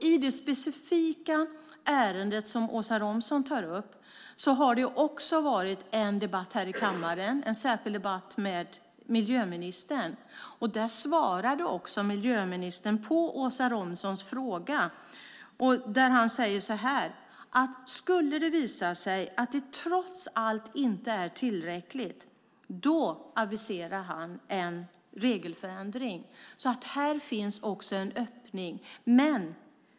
I det specifika ärende som Åsa Romson tar upp har det också varit en särskild debatt här i kammaren med miljöministern då han svarade på Åsa Romsons fråga och sade han att om det skulle visa sig att det trots allt inte är tillräckligt aviserar han en regelförändring. Här finns också en öppning.